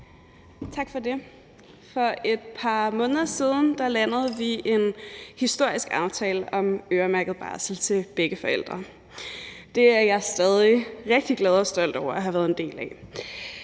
Tak for det. For et par måneder siden landede vi en historisk aftale om øremærket barsel til begge forældre. Det er jeg stadig rigtig glad og stolt over at have været en del af.